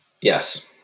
Yes